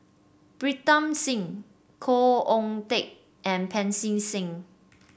Pritam Singh Khoo Oon Teik and Pancy Seng